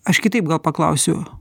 aš kitaip paklausiu